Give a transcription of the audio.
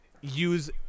use